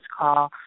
call